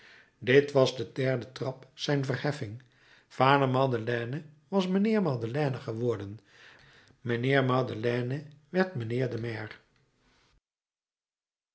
dit was de derde trap zijner verheffing vader madeleine was mijnheer madeleine geworden mijnheer madeleine werd mijnheer de maire